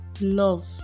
love